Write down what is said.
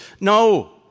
no